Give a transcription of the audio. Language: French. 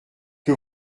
que